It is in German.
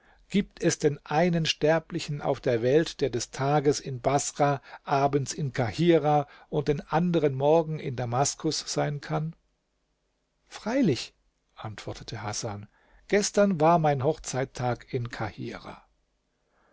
gibt es denn einen sterblichen auf der welt der des tages in baßrah abends in kahirah und den anderen morgen in damaskus sein kann freilich antwortete hasan gestern war mein hochzeittag in